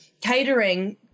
catering